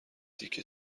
تیکه